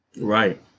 Right